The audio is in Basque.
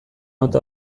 auto